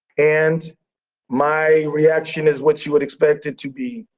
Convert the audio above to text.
and my reaction is what you would expect it to be.